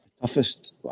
Toughest